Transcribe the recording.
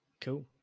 Cool